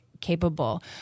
capable